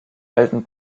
alten